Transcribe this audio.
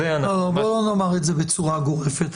בוא לא נאמר את זה בצורה גורפת,